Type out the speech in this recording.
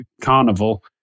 carnival